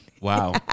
Wow